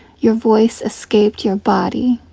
your voice escaped your body.